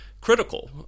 critical